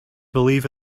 believe